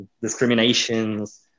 discriminations